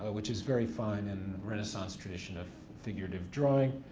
which is very fine in renaissance tradition of figurative drawing.